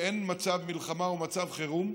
שאין מצב מלחמה ומצב חירום,